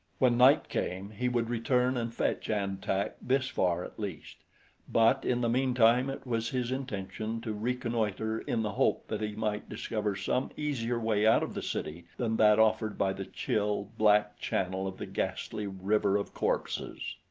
when night came, he would return and fetch an-tak this far at least but in the meantime it was his intention to reconnoiter in the hope that he might discover some easier way out of the city than that offered by the chill, black channel of the ghastly river of corpses.